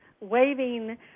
waving